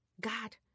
God